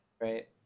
right